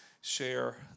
share